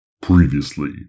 Previously